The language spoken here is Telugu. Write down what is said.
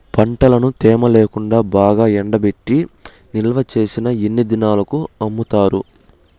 పంటను తేమ లేకుండా బాగా ఎండబెట్టి నిల్వచేసిన ఎన్ని దినాలకు అమ్ముతారు?